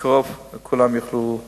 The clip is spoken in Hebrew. ובקרוב כולם יוכלו להתחסן.